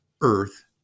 earth